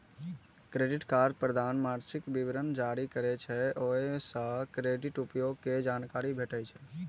credit card प्रदाता मासिक विवरण जारी करै छै, ओइ सं क्रेडिट उपयोग के जानकारी भेटै छै